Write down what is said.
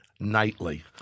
Nightly